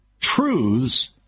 truths